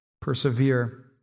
persevere